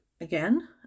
again